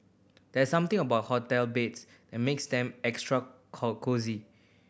there's something about hotel beds that makes them extra cosy